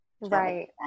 Right